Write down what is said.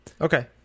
Okay